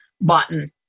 button